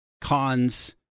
cons